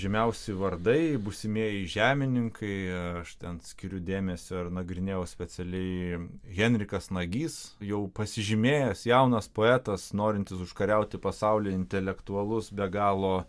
žymiausi vardai būsimieji žemininkai aš ten skiriu dėmesio ir nagrinėjau specialiai henrikas nagys jau pasižymėjęs jaunas poetas norintis užkariauti pasaulį intelektualus be galo